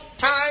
time